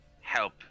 help